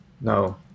No